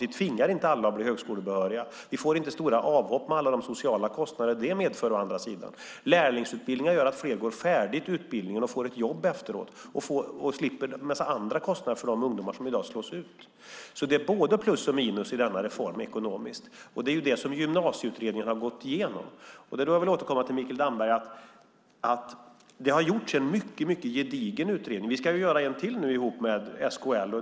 Vi tvingar inte alla att bli högskolebehöriga och får inte så stora avhopp med alla de sociala kostnader det medför. Lärlingsutbildningar gör att fler går färdigt utbildningen och får ett jobb efteråt. Därmed slipper man en massa andra kostnader för de ungdomar som i dag slås ut. Det är ekonomiskt både plus och minus i denna reform. Det har Gymnasieutredningen gått igenom. Jag vill till Mikael Damberg säga att det har gjorts en mycket gedigen utredning. Vi ska nu göra en till ihop med SKL.